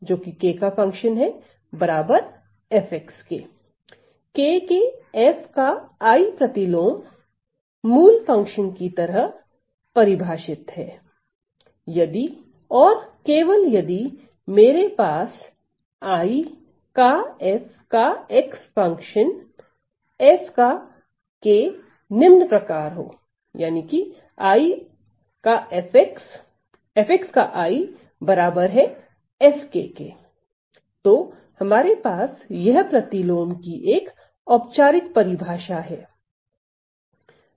I−1F f k के F का I प्रतिलोम मूल फंक्शन की तरह परिभाषित है यदि और केवल यदि मेरे पास I का f का x फंक्शन F का k निम्न प्रकार हो If F तो हमारे पास यह प्रतिलोम की एक औपचारिक परिभाषा है